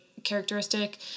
Characteristic